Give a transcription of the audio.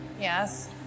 Yes